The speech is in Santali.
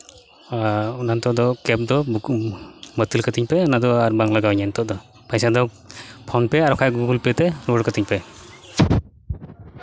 ᱟᱨ ᱱᱤᱛᱚᱜ ᱫᱚ ᱠᱮᱵᱽ ᱫᱚ ᱵᱟᱹᱛᱤᱞ ᱠᱟᱹᱛᱤᱧ ᱯᱮ ᱚᱱᱟ ᱫᱚ ᱟᱨ ᱵᱟᱝ ᱞᱟᱜᱟᱣ ᱤᱧᱟ ᱱᱤᱛᱚᱜ ᱫᱚ ᱯᱚᱭᱥᱟ ᱫᱚ ᱯᱷᱳᱱ ᱯᱮ ᱟᱨ ᱠᱷᱟᱡ ᱜᱩᱜᱩᱞ ᱯᱮ ᱛᱮ ᱨᱩᱣᱟᱹᱲ ᱠᱟᱹᱛᱤᱧ ᱯᱮ